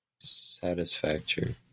Satisfactory